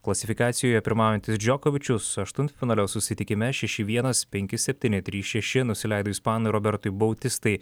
klasifikacijoje pirmaujantis džokovičius aštuntfinalio susitikime šeši vienas penki septyni trys šeši nusileido ispanui robertui bautistai